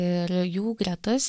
ir jų gretas